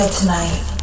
tonight